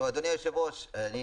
אדוני היושב-ראש, אני